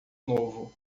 novo